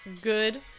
good